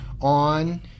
on